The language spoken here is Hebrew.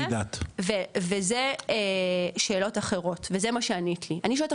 אני שואלת אותך שאלה אחרת,